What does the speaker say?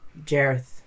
Jareth